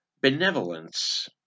benevolence